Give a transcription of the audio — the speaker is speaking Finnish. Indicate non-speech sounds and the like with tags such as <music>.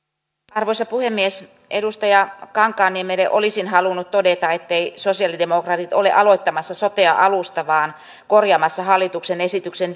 arvoisa puhemies edustaja kankaanniemelle olisin halunnut todeta etteivät sosialidemokraatit ole aloittamassa sotea alusta vaan korjaamassa hallituksen esityksen <unintelligible>